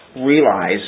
realize